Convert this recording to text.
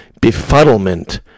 befuddlement